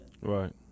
Right